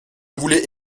voulais